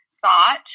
thought